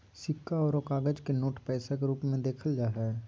सिक्का आरो कागज के नोट पैसा के रूप मे देखल जा हय